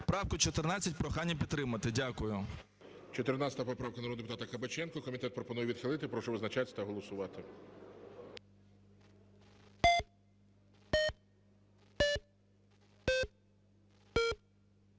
Правку 14 прохання підтримати. Дякую. ГОЛОВУЮЧИЙ. 14 поправка народного депутата Кабаченка, комітет пропонує відхилити. Прошу визначатися та голосувати.